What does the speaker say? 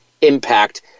impact